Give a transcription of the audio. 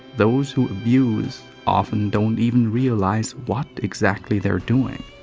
those who abuse often don't even realize what exactly they're doing.